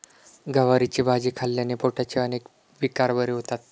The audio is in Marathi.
गवारीची भाजी खाल्ल्याने पोटाचे अनेक विकार बरे होतात